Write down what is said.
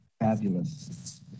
Fabulous